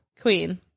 Queen